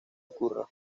ocurra